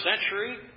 century